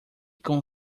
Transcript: com